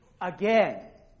again